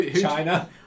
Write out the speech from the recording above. China